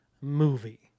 movie